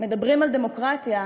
מדברים על דמוקרטיה,